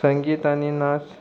संगीत आनी नाच